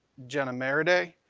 jenna maradei,